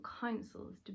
councils